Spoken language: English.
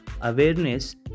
awareness